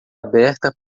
aberta